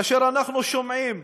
כאשר אנחנו שומעים